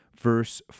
verse